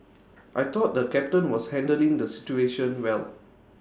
I thought the captain was handling the situation well